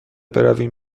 برویم